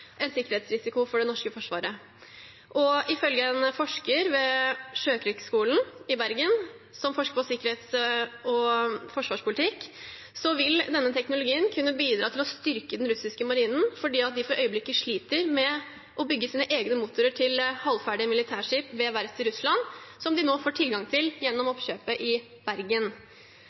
en sikkerhetsrisiko for det norske forsvaret. Ifølge en forsker ved Sjøkrigsskolen i Bergen, som forsker på sikkerhets- og forsvarspolitikk, vil denne teknologien kunne bidra til å styrke den russiske marinen fordi de for øyeblikket sliter med å bygge sine egne motorer til halvferdige militærskip ved verft i Russland, som de nå får tilgang til gjennom oppkjøpet i Bergen.